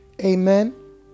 Amen